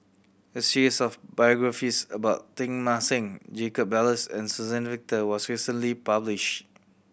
a series of biographies about Teng Mah Seng Jacob Ballas and Suzann Victor was recently published